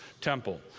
temple